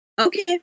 Okay